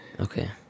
Okay